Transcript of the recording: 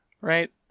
right